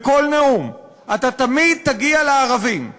בכל נאום, אתה תמיד תגיע לערבים.